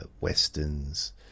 westerns